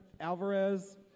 Alvarez